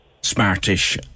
smartish